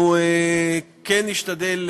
אנחנו כן נשתדל,